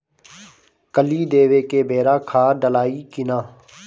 कली देवे के बेरा खाद डालाई कि न?